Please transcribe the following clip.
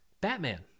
Batman